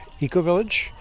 Ecovillage